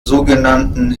sogenannten